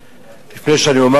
לפני שאני אומר את דברי,